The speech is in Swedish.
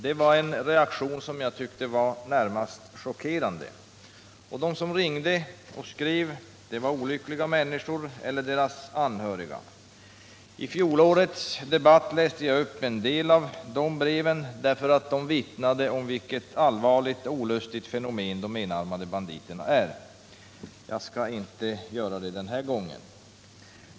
Det var en reaktion som var närmast chockerande. De som ringde och skrev var olyckliga människor eller deras anhöriga. I fjolårets debatt läste jag upp några av dessa brev därför att de vittnade om vilket allvarligt och olustigt fenomen de enarmade banditerna är. Jag skall inte göra det den här gången.